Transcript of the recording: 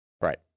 Right